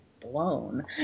blown